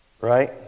right